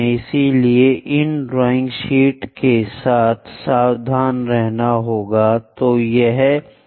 इसलिए इन drawing sheet के साथ सावधान रहना होगा